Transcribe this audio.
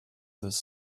this